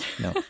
No